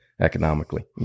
economically